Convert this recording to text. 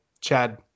Chad